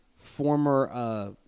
former –